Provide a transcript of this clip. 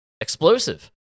explosive